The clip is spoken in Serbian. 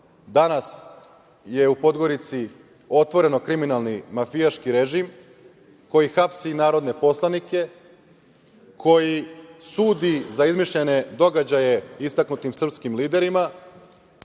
danas je u Podgorici otvoren kriminalan mafijaški režim koji hapsi narodne poslanike, koji sudi za izmišljene događaje istaknutim srpskim liderima,